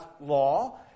law